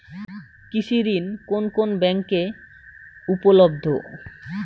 কৃষি ঋণ কোন কোন ব্যাংকে উপলব্ধ?